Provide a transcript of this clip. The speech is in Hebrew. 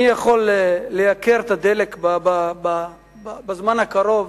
מי יכול לייקר את הדלק בזמן הקרוב?